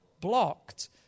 blocked